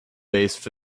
base